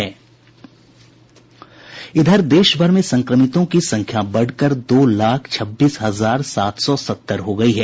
देश भर में संक्रमितों की संख्या बढ़कर दो लाख छब्बीस हजार सात सौ सत्तर हो गई है